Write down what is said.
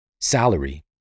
salary